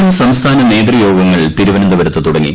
M സംസ്ഥാന നേതൃയോഗങ്ങൾ തിരുവനന്തപുരത്ത് തുടങ്ങി